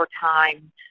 time